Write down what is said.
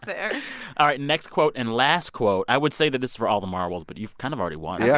there all right. next quote and last quote. i would say that this is for all the marbles. but you've kind of already won, yeah